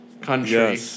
country